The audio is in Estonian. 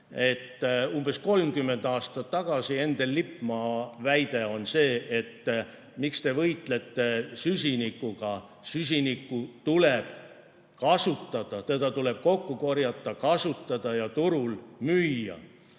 Umbes 30 aastat tagasi Endel Lippmaa küsis, miks te võitlete süsinikuga, süsinikku tuleb kasutada, seda tuleb kokku korjata, kasutada ja turul müüa.